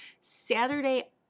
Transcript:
Saturday